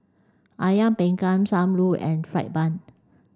Ayam panggang Sam Lau and fried bun